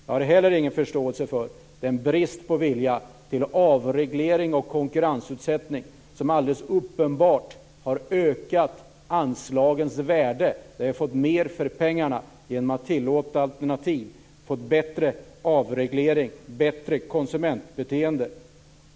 Jag har heller ingen förståelse för bristen på vilja till avreglering och konkurrensutsättning, som alldeles uppenbart har ökat anslagens värde. Vi har fått mer för pengarna genom att tillåta alternativ och avreglering, och vi har fått ett bättre konsumentbeteende.